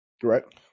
Correct